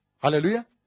Hallelujah